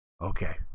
Okay